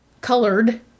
colored